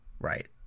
right